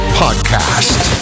podcast